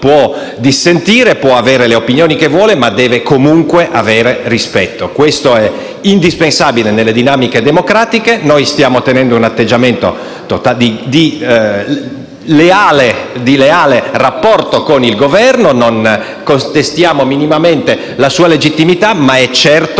può dissentire; può avere le opinioni che vuole, ma deve comunque avere rispetto. Questo è indispensabile nelle dinamiche democratiche. Noi stiamo tenendo un atteggiamento di leale rapporto con il Governo, non contestiamo minimamente la sua legittimità, ma è certo